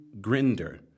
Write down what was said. Grinder